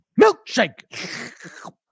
milkshake